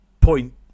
point